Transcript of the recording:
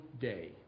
day